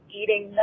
eating